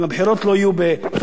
אם הבחירות לא יהיו בפברואר-מרס,